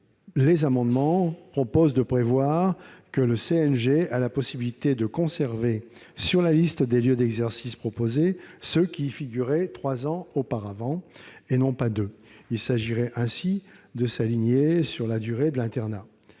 de la fonction publique hospitalière, le CNG, a la possibilité de conserver sur la liste des lieux d'exercice proposés ceux qui y figuraient trois ans auparavant, et non plus deux. Il s'agirait ainsi de s'aligner sur la durée de l'internat.